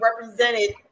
represented